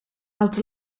als